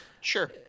Sure